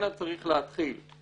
שממנה צריך להתחיל.